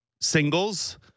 singles